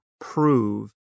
Prove